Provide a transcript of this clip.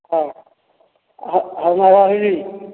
ହଉ ହଉ ମା' ରହିଲି